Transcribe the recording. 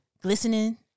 Glistening